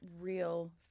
real